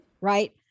right